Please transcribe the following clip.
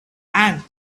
and